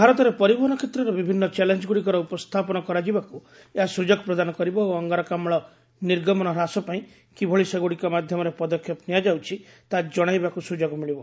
ଭାରତରେ ପରିବହନ କ୍ଷେତ୍ରର ବିଭିନ୍ନ ଚ୍ୟାଲେଞ୍ଜଗ୍ରଡ଼ିକର ଉପସ୍ଥାପନ କରାଯିବାକୁ ଏହା ସୁଯୋଗ ପ୍ରଦାନ କରିବ ଓ ଅଙ୍ଗାରକାମ୍କ ନିର୍ଗମନ ହ୍ରାସ ପାଇଁ କିଭଳି ସେଗ୍ରଡ଼ିକ ମାଧ୍ୟମରେ ପଦକ୍ଷେପ ନିଆଯାଉଛି ତାହା ଜଣାଇବାକୃ ସ୍ୱଯୋଗ ମିଳିବ